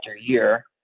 year